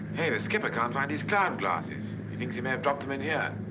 hey, the skipper can't find his cloud glasses. he thinks he may have dropped them in here.